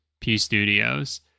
P-Studios